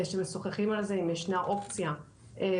כשמשוחחים על זה - אם ישנה אופציה ליצור